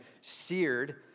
seared